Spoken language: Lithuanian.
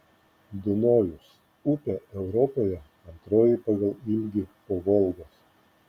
dunojus upė europoje antroji pagal ilgį po volgos